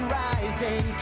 rising